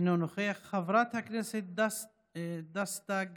אינו נוכח, חברת הכנסת דסטה גדי,